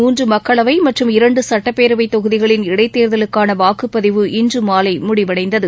மூன்று மக்களவை மற்றும் இரண்டு சட்டப்பேரவைத் தொகுதிகளின் இடைத்தேர்தலுக்கான வாக்குப்பதிவு இன்று மாலை முடிவடைந்தது